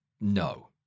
No